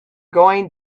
going